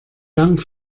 dank